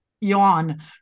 yawn